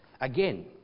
again